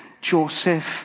Joseph